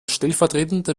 stellvertretende